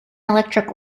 electric